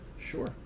sure